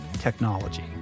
technology